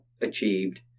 achieved